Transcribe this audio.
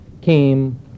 came